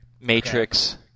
Matrix